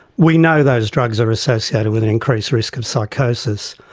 we know those drugs are associated with increased risk of psychosis.